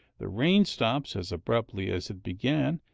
the rain stops as abruptly as it began.